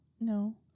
No